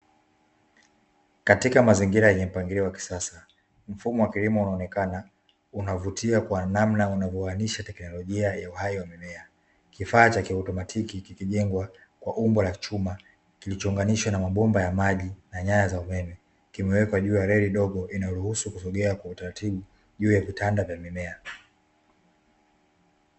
Katika mazingira yenye mpangilio wa kisasa, mfumo wa kilimo unaonekana unavutia kwa namna unavyoanisha teknolojia ya uhai wa mimea, kifaa cha kiotomatiki kikijengwa kwa umbo la chuma kilichounganishwa na mabomba ya maji na nyaya za umeme, kimewekwa juu ya reli ndogo inaruhusu kusogea kwa utaratibu juu ya vitanda vya mimea.